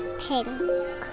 pink